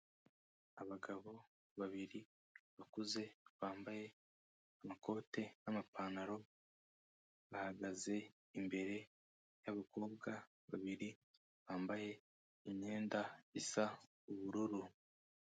Abagabo babiri bakuze bambaye amakoti n'amapantaro, bahagaze imbere y'abakobwa babiri bambaye imyenda isa ubururu.